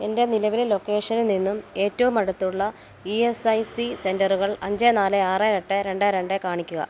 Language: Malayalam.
എൻ്റെ നിലവിലെ ലൊക്കേഷനിൽ നിന്നും ഏറ്റവും അടുത്തുള്ള ഇ എസ് ഐ സി സെൻറ്ററുകൾ അഞ്ച് നാല് ആറ് എട്ട് രണ്ട് രണ്ട് കാണിക്കുക